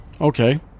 Okay